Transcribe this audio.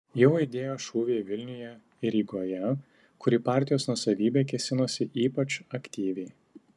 jau aidėjo šūviai vilniuje ir rygoje kur į partijos nuosavybę kėsinosi ypač aktyviai